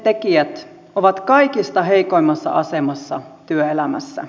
nollatyöntekijät ovat kaikista heikoimmassa asemassa työelämässä